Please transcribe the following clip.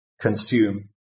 consume